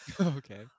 Okay